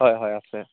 হয় হয় আছে